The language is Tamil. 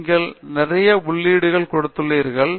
நீங்கள் நிறைய உள்ளீடுகள் கொடுத்துள்ளீர்கள்